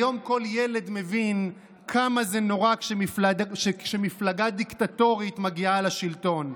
היום כל ילד מבין כמה זה נורא כשמפלגה דיקטטורית מגיעה לשלטון.